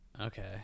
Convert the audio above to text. okay